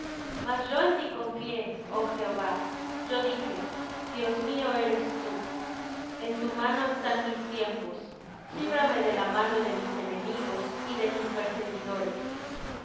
mas yo en ti confié oh jehová yo dije dios mío eres tú en tu mano están mis tiempos líbrame de la mano de mis enemigos y de mis perseguidores